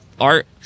art